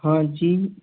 हाँ जी